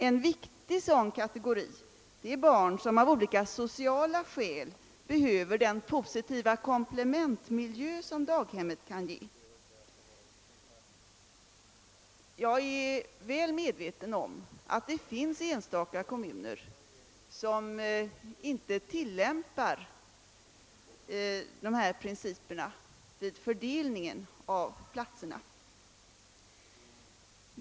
En viktig sådan kategori utgörs av barn som av olika sociala skäl behöver den positiva komplementmiljö daghemmet kan ge. Jag är väl medveten om att det finns enstaka kommuner som inte tillämpar dessa principer vid fördelningen av platserna.